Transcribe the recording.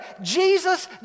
Jesus